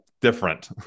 different